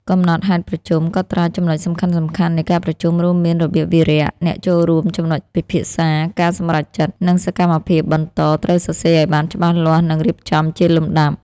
កំណត់ហេតុប្រជុំ កត់ត្រាចំណុចសំខាន់ៗនៃការប្រជុំ រួមមានរបៀបវារៈ អ្នកចូលរួម ចំណុចពិភាក្សា ការសម្រេចចិត្ត និងសកម្មភាពបន្ត ត្រូវសរសេរឲ្យបានច្បាស់លាស់និងរៀបចំជាលំដាប់។